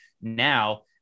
Now